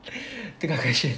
tukar question